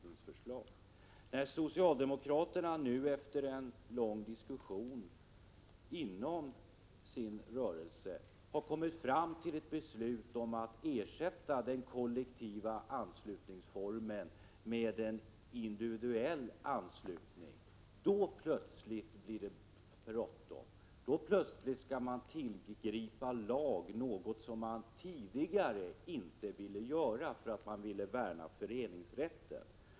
När socialdemokraterna nu efter en lång diskussion inom sin rörelse har kommit fram till ett beslut om att ersätta den kollektiva anslutningsformen med individuell anslutning, blir det plötsligt bråttom. Då skall man plötsligt tillgripa lagstiftning, något som man tidigare inte ville göra eftersom man ville värna om föreningsrätten.